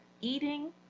eating